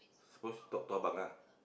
supposed to talk to abang ah